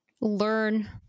learn